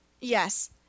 Yes